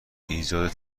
ایجاد